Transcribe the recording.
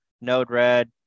Node-RED